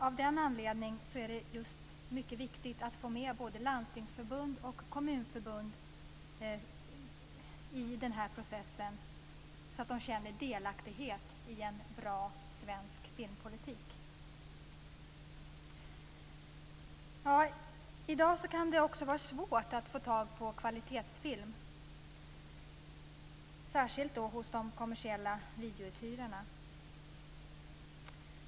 Av den anledningen är det mycket viktigt att få med just både landstingsförbund och kommunförbund i denna process, så att de känner delaktighet i en bra svensk filmpolitik. I dag kan det också vara svårt att få tag på kvalitetsfilm, särskilt hos de kommersiella videouthyrarna.